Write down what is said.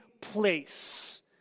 place